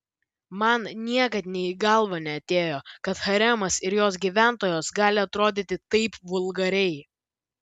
man niekad nė į galvą neatėjo kad haremas ir jos gyventojos gali atrodyti taip vulgariai